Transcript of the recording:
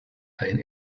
ein